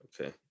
Okay